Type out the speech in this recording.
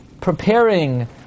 preparing